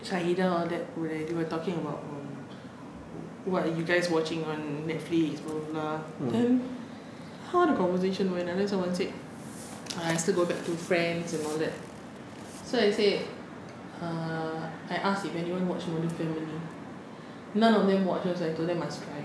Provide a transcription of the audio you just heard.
shahidah all that they were talking about what are you guys watching on netflix blah blah blah then how the conversation went and then someone said I still go back to friends and all that so I say err I ask if anyone watch modern family none of them watch so I told them must try